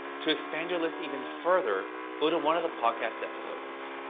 to expand your list even further, go to one of the podcast episodes.